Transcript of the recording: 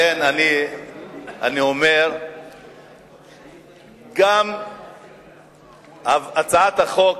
לכן, אני אומר שגם הצעת החוק